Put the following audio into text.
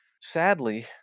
Sadly